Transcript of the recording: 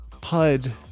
PUD